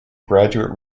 graduate